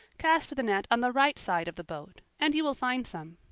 cast the net on the right side of the boat, and you will find some.